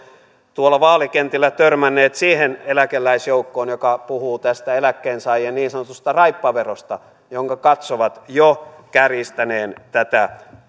tuolla vaalikentillä törmänneet siihen eläkeläisjoukkoon joka puhuu tästä eläkkeensaajien niin sanotusta raippaverosta jonka katsovat jo kärjistäneen tätä